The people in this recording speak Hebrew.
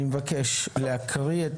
אני מבקש לקרוא את